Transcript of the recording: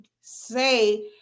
say